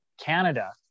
Canada